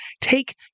take